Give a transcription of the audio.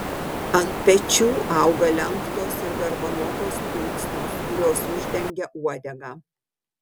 ant pečių auga lenktos ir garbanotos plunksnos kurios uždengia uodegą